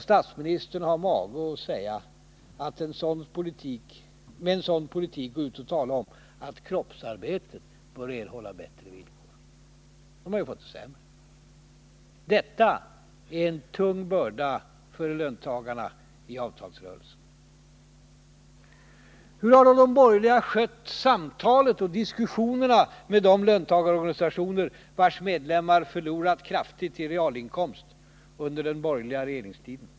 Statsministern har mage att med en sådan politik gå ut och tala om att kroppsarbetet bör erhålla bättre villkor! Kroppsarbetarna har ju fått det sämre! Detta är en tung börda för löntagarna i avtalsrörelsen. Hur har då de borgerliga skött samtalet och diskussionerna med de löntagarorganisationer vilkas medlemmar förlorat kraftigt i realinkomst under den borgerliga regeringstiden?